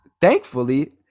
thankfully